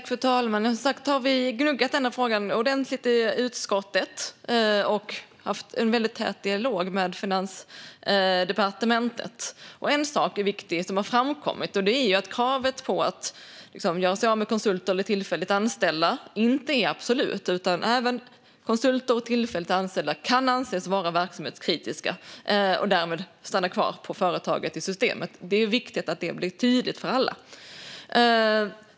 Fru talman! Vi har som sagt gnuggat denna fråga ordentligt i utskottet och haft en tät dialog med Finansdepartementet. En viktig sak som har framkommit är att kravet på att göra sig av med konsulter eller tillfälligt anställda inte är absolut. Även konsulter och tillfälligt anställda kan anses vara kritiska för verksamheten och därmed behöva stanna kvar på företaget och i systemet. Det är viktigt att detta blir tydligt för alla.